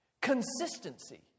Consistency